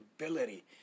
ability